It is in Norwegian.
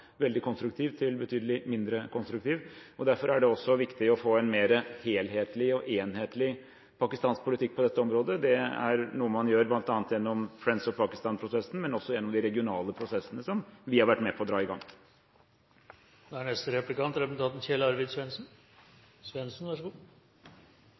veldig konstruktivt til betydelig mindre konstruktivt. Derfor er det også viktig å få en mer helhetlig og enhetlig pakistansk politikk på dette området. Det er noe man gjør bl.a. gjennom Friends-of-Pakistan-prosessen, men også gjennom de regionale prosessene som vi har vært med og dra i gang. Jeg merket meg det som utenriksministeren snakket litt sammen med Ellingsen om, dette med bistand og hvordan den er